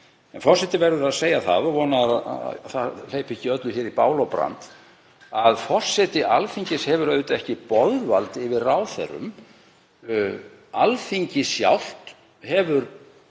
En forseti verður að segja það, og vonar að það hleypi ekki öllu í bál og brand, að forseti Alþingis hefur auðvitað ekki boðvald yfir ráðherrum. Alþingi sjálft hefur